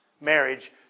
marriage